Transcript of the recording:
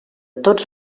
tots